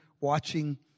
watching